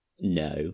no